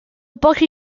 pochi